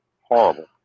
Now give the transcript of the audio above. Horrible